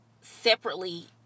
separately